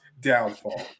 downfall